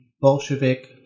Bolshevik